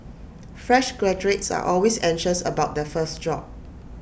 fresh graduates are always anxious about their first job